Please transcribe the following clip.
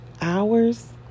hours